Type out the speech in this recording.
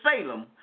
Salem